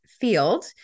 field